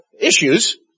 issues